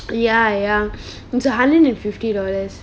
ya ya it's a hundred and fifty dollars